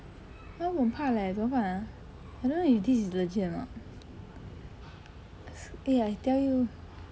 !huh! 我很怕 leh 怎么办 ah I don't know if this is legit or not eh I tell you